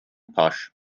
pasch